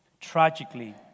tragically